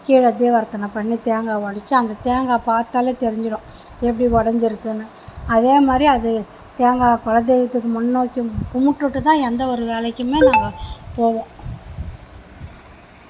கீழே தீபராத்தனை பண்ணி தேங்காய் உடச்சி அந்த தேங்காய் பார்த்தாலே தெரிஞ்சிடும் எப்படி உடஞ்சிருக்குனு அதேமாதிரி அது தேங்காய் குல தெய்வத்துக்கு முன்னைக்கி கும்பிட்டுட்டு தான் எந்த ஒரு வேலைக்குமே நாங்கள் போவோம்